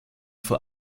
for